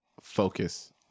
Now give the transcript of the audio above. focus